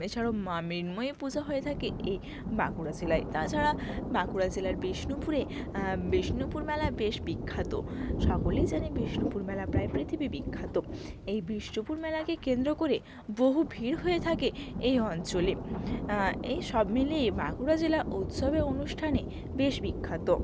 এছাড়াও মৃন্ময়ী পুজো হয়ে থাকে এ বাঁকুড়া জেলায় তাছাড়া বাঁকুড়া জেলার বিষ্ণুপুরে বিষ্ণুপুর মেলা বেশ বিখ্যাত সকলেই জানে বিষ্ণুপুর মেলা প্রায় পৃথিবী বিখ্যাত এই বিষ্ণুপুর মেলাকে কেন্দ্র করে বহু ভিড় হয়ে থাকে এই অঞ্চলে এইসব মিলিয়ে বাঁকুড়া জেলা উৎসবে অনুষ্ঠানে বেশ বিখ্যাত